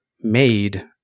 made